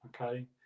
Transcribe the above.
okay